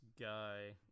guy